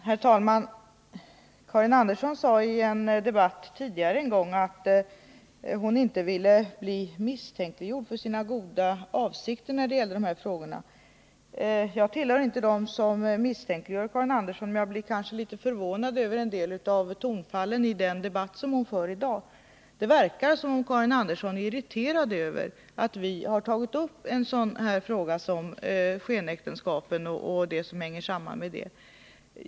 Herr talman! Karin Andersson sade i en debatt tidigare en gång att hon inte ville bli misstänkliggjord för sina goda avsikter när det gällde dessa frågor. Jag tillhör inte dem som misstänkliggör Karin Andersson, men jag blev kanske litet förvånad över en del av tonfallen i den debatt som hon för i dag. Det verkar som om Karin Andersson är irriterad över att vi har tagit upp frågan om skenäktenskapen.